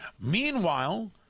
meanwhile